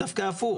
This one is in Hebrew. דווקא הפוך.